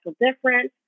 difference